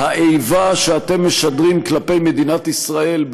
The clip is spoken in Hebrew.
האיבה שאתם משדרים כלפי מדינת ישראל,